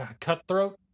cutthroat